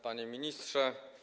Panie Ministrze!